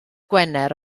gwener